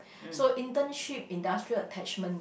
so internship industrial attachment